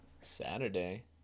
saturday